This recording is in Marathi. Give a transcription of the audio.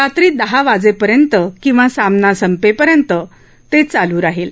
रात्री दहा वाजेपर्यंत किंवा सामना संपेपर्यंत ते चालू राहील